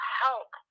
help